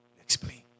Explain